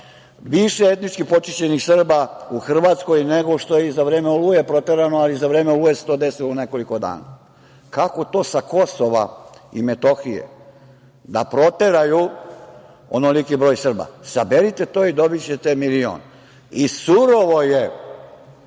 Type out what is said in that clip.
više etnički počišćenih Srba u Hrvatskoj nego što je za vreme „Oluje“ proterano, ali za vreme „Oluje“ se to desilo u nekoliko dana? Kako to sa Kosova i Metohije da proteraju onoliki broj Srba? Saberite to i dobićete milion. Surovo je